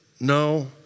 no